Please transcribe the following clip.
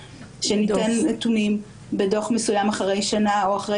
שניתן נתונים בדוח מסוים אחרי שנה או אחרי,